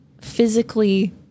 physically